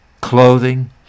clothing